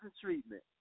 treatment